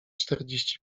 czterdzieści